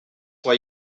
why